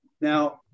now